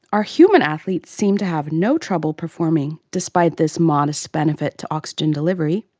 our human athletes seem to have no trouble performing despite this modest benefit to oxygen delivery.